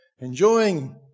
enjoying